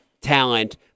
talent